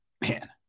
man